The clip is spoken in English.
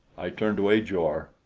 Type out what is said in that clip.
i turned to ajor.